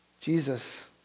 Jesus